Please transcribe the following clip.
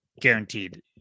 Guaranteed